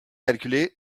calculer